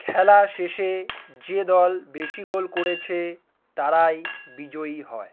খেলা শেষে যে দল বেশি গোল করেছে তারাই বিজয়ী হয়